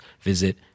visit